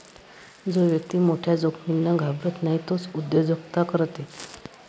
जो व्यक्ती मोठ्या जोखमींना घाबरत नाही तोच उद्योजकता करते